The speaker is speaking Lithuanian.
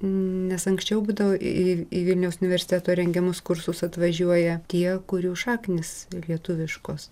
nes anksčiau būdavo į į vilniaus universiteto rengiamus kursus atvažiuoja tie kurių šaknys lietuviškos